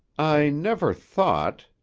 i never thought,